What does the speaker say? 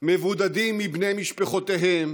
מבודדים מבני משפחותיהם